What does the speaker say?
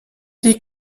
die